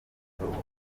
umwarimu